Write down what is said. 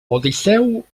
odisseu